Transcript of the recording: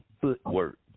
footwork